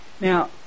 Now